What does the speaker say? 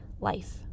life